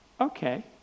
okay